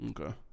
Okay